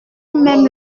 même